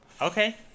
Okay